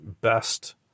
best